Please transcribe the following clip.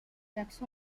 peaks